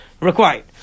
required